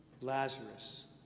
Lazarus